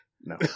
no